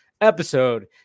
episode